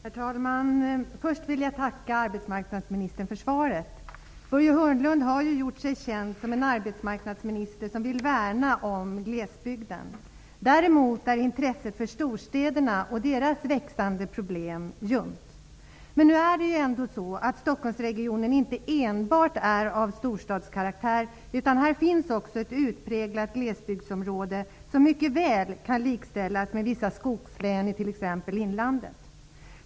Herr talman! Först vill jag tacka arbetsmarknadsministern för svaret. Börje Hörnlund har ju gjort sig känd som en arbetsmarknadsminister som vill värna om glesbygden. Däremot är intresset för storstäderna och deras växande problem ljumt. Men nu är inte Stockholmsregionen av enbart storstadskaraktär, utan här finns också ett utpräglat glesbygdsområde, som mycket väl kan likställas med vissa skogslän i t.ex. inlandet.